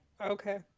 okay